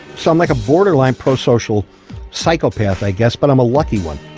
so i'm like a borderline pro-social psychopath, i guess, but i'm a lucky one.